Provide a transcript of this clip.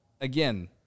again